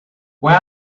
where